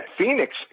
Phoenix